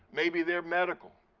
maybe they're medical.